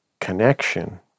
connection